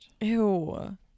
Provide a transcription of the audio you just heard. Ew